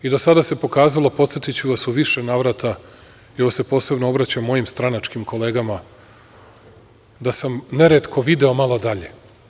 I do sada se pokazalo, podsetiću vas, u više navrata, posebno se obraćam mojim stranačkim kolegama, da sam neretko video malo dalje.